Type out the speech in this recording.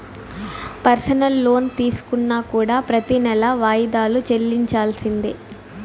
personal loan తీసుకున్నా కూడా ప్రెతి నెలా వాయిదాలు చెల్లించాల్సిందే